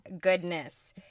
goodness